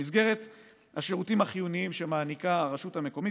במסגרת השירותים החיוניים שמעניקה הרשות המקומית